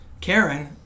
Karen